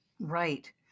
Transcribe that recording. Right